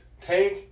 Tank